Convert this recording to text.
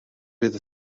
bydd